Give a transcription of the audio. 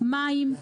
מים,